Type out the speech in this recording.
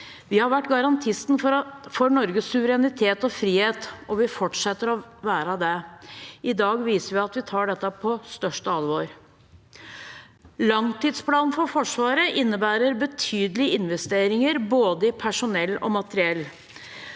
Vi har vært garantisten for Norges suverenitet og frihet, og vi fortsetter å være det. I dag viser vi at vi tar dette på største alvor. Langtidsplanen for Forsvaret innebærer betydelige investeringer i både personell og materiell.